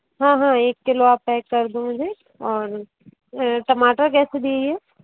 हाँ हाँ एक किलो आप पैक कर दो मुझे और टमाटर कैसे दिए ये